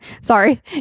Sorry